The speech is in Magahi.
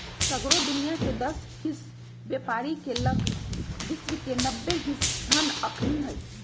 सगरो दुनियाँके दस हिस बेपारी के लग विश्व के नब्बे हिस धन अखनि हई